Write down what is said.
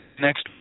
next